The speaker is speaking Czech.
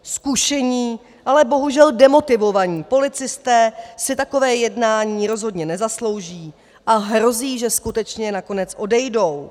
Zkušení, ale bohužel demotivovaní policisté si takové jednání rozhodně nezaslouží a hrozí, že skutečně nakonec odejdou.